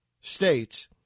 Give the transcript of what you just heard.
states